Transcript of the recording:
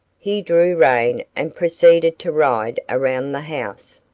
he drew rein and proceeded to ride around the house,